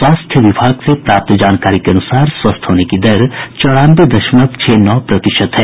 स्वास्थ्य विभाग से प्राप्त जानकारी के अनुसार स्वस्थ होने की दर चौरानवे दशमलव छह नौ प्रतिशत है